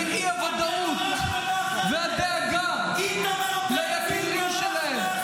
האי-ודאות והדאגה ליקירים שלהם.